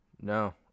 No